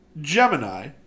Gemini